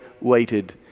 waited